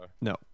No